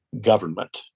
Government